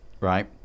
right